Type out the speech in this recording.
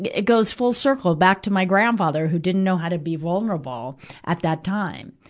it goes full circle back to my grandfather, who didn't know how to be vulnerable at that time.